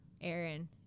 aaron